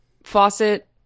Faucet